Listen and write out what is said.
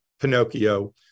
Pinocchio